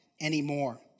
anymore